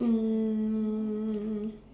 um